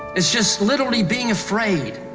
it's just literally being afraid,